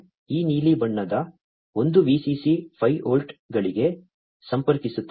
ಈ ನೀಲಿ ಬಣ್ಣದ ಒಂದು VCC 5 ವೋಲ್ಟ್ಗಳಿಗೆ ಸಂಪರ್ಕಿಸುತ್ತಿದೆ